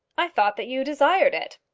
i thought that you desired it.